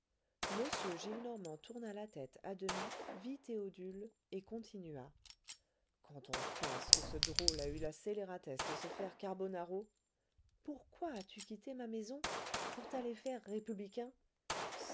m gillenormand tourna la tête à demi vit théodule et continua quand on pense que ce drôle a eu la scélératesse de se faire carbonaro pourquoi as-tu quitté ma maison pour t'aller faire républicain